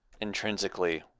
intrinsically